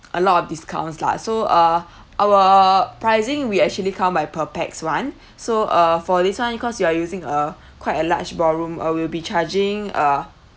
a lot of discounts lah so uh our pricing we actually count by per pax one so uh for this one cause you are using a quite a large ballroom uh we will be charging uh